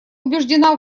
убеждена